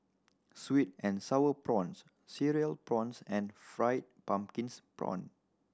sweet and Sour Prawns Cereal Prawns and fried pumpkins prawn